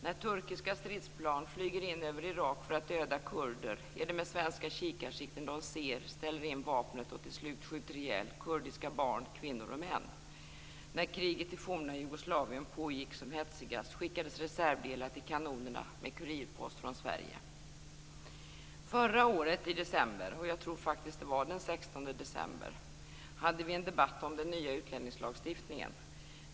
När turkiska stridsplan flyger in över Irak för att döda kurder, är det med svenska kikarsikten de ser, ställer in vapnet och till slut skjuter ihjäl kurdiska barn, kvinnor och män. När kriget i forna Jugoslavien pågick som hetsigast skickades reservdelar till kanonerna med kurirpost från Sverige. Förra året den 16 december hade vi en debatt om den nya utlänningslagstiftningen.